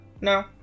no